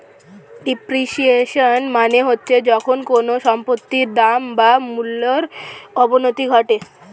depreciation মানে হচ্ছে যখন কোনো সম্পত্তির দাম বা মূল্যর অবনতি ঘটে